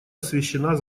освещена